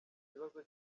ikibazo